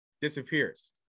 disappears